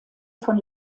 von